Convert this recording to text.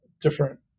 different